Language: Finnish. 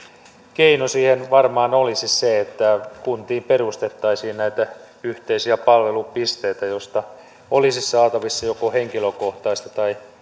keino siihen varmaan olisi se että kuntiin perustettaisiin näitä yhteisiä palvelupisteitä joista olisi saatavissa joko henkilökohtaista tai